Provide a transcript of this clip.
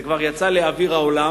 זה כבר יצא לאוויר העולם.